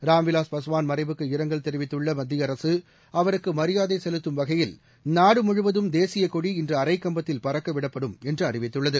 ராம்விலாஸ் பஸ்வான் மறைவுக்கு இரங்கல் தெரிவித்துள்ள மத்திய அரசு அவருக்கு மரியாதை செலுத்தும் வகையில் நாடுமுழுவதும் தேசியக் கொடி இன்று அரைக்கம்பத்தில் பறக்கவிடப்படும் என்று அறிவித்துள்ளது